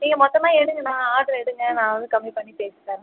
நீங்கள் மொத்தமாக எடுங்கண்ணா ஆடர் எடுங்க நான் வந்து கம்மி பண்ணி பேசித்தரேன்